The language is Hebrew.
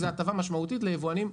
זאת הטבה משמעותית ליבואנים.